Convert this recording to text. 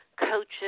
coaches